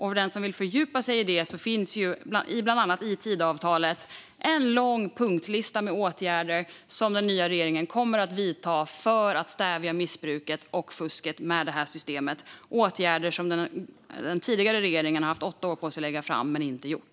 För den som vill fördjupa sig i detta finns bland annat i Tidöavtalet en lång punktlista med åtgärder som den nya regeringen kommer att vidta för att stävja missbruket och fusket med det här systemet - åtgärder som den tidigare regeringen har haft åtta år på sig att lägga fram, något som man inte gjort.